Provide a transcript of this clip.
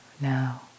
now